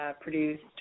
produced